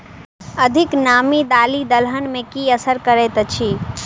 अधिक नामी दालि दलहन मे की असर करैत अछि?